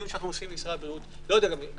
הדיון שאנחנו עושים עם משרד הבריאות - אם